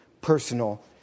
personal